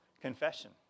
confession